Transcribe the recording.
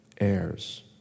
heirs